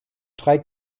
drei